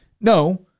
No